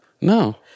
No